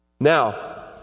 Now